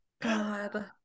God